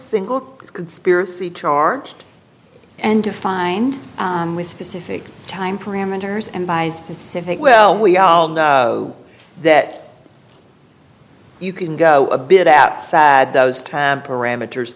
single conspiracy charged and defined with specific time parameters and buys pacific well we all know that you can go a bit outside those tab parameters